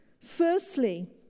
Firstly